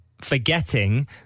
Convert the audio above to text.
forgetting